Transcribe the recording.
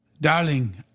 Darling